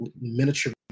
miniature